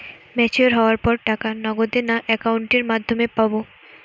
Mature হওয়ার পর টাকা নগদে না অ্যাকাউন্টের মাধ্যমে পাবো?